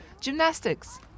Gymnastics